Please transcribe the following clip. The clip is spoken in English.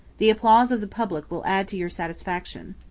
the applause of the public will add to your satisfaction